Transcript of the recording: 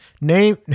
name